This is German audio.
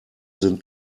sind